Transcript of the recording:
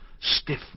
stiff